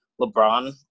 LeBron